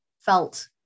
felt